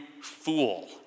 fool